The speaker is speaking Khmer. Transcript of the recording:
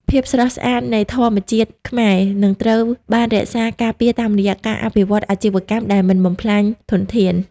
ភាពស្រស់ស្អាតនៃធម្មជាតិខ្មែរ នឹងត្រូវបានរក្សាការពារតាមរយៈការអភិវឌ្ឍអាជីវកម្មដែលមិនបំផ្លាញធនធាន។